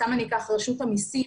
סתם אני אקח את רשות המסים,